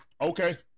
Okay